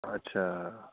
अच्छा